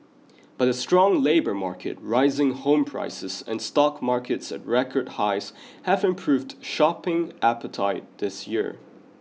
but a strong labour market rising home prices and stock markets at record highs have improved shopping appetite this year